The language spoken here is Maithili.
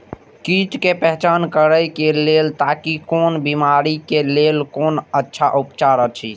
कीट के पहचान करे के लेल ताकि कोन बिमारी के लेल कोन अच्छा उपचार अछि?